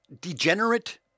degenerate